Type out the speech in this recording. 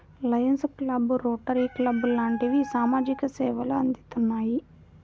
Lions club, Rotary club లాంటివి సామాజిక సేవలు అందిత్తున్నాయి